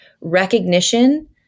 recognition